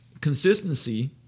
consistency